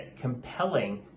compelling